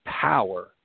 power